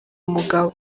mugabo